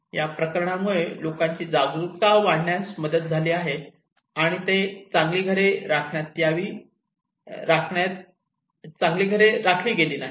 या प्रकल्पामुळे लोकांची जागरूकता वाढण्यास मदत झाली नाही आणि घरे चांगली राखली गेली नाहीत